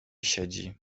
siedzi